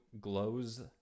glows